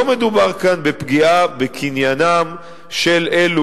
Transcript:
לא מדובר כאן בפגיעה בקניינם של אלה